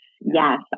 Yes